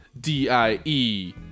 d-i-e